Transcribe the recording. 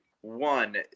One